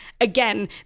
Again